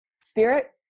Spirit